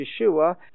Yeshua